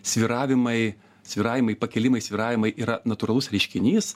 svyravimai svyravimai pakilimai svyravimai yra natūralus reiškinys